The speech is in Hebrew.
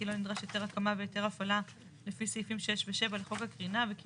כי לא נדרש היתר הקמה והיתר הפעלה לפי סעיפים 6 ו-7 לחוק הקרינה וכי